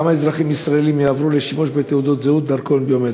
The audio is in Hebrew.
כמה אזרחים ישראלים יעברו לשימוש בתעודת זהות או דרכון ביומטריים?